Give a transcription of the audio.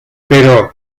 pero